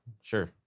sure